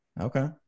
Okay